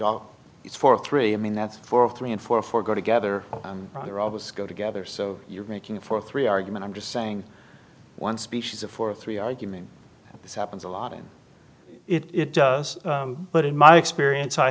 is four three i mean that's four of three and four or four go together and they're always go together so you're making four three argument i'm just saying one species of for three argument this happens a lot and it does but in my experience i